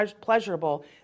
pleasurable